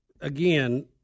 again